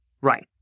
Right